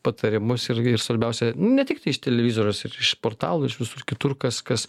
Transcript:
patarimus ir ir svarbiausia ne tiktai iš televizoriaus ir iš portalų iš visur kitur kas kas